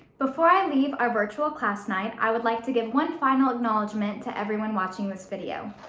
before i leave our virtual class night, i would like to give one final acknowledgement to everyone watching this video.